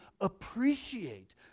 appreciate